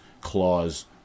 Clause